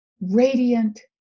radiant